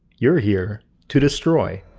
you're here to destroy!